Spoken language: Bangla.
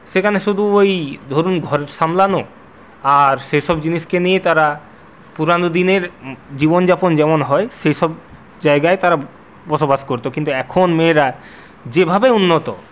সেখানে শুধু ওই ধরুন ঘর সামলানো আর সেসব জিনিসকে নিয়ে তারা পুরানো দিনের জীবনযাপন যেমন হয় সেসব জায়গায় তারা বসবাস করত কিন্তু এখন মেয়েরা যেভাবে উন্নত